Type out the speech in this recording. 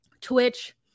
Twitch